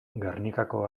gernikako